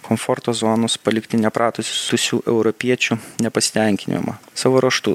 komforto zonos palikti nepratusių europiečių nepasitenkinimą savo ruožtu